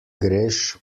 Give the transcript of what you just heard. greš